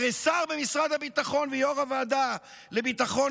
הרי שר במשרד הביטחון ויו"ר הוועדה לביטחון